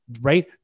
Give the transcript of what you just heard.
right